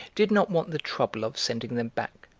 did not want the trouble of sending them back.